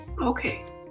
Okay